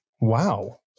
Wow